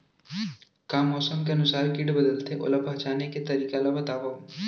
का मौसम के अनुसार किट बदलथे, ओला पहिचाने के तरीका ला बतावव?